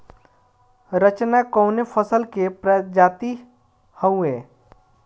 रचना कवने फसल के प्रजाति हयुए?